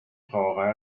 brauerei